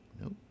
Nope